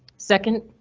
second.